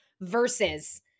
versus